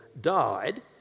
died